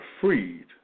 freed